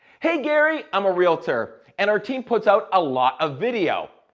hey gary, i'm a realtor, and our team puts out a lot of video.